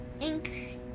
ink